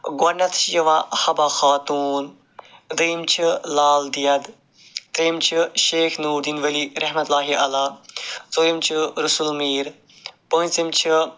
گۄڈٕنٮ۪تھٕے چھِ یِوان حبہ خاتوٗن دٔیِم چھِ لل دٮ۪د ترٛیٚیِم چھِ شیخ نوٗرالدیٖن ولی رحمتہ اللہ علیہ ژوٗرِم چھِ رُسُل میٖر پٲنٛژِم چھِ